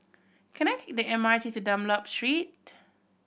can I take the M R T to Dunlop Street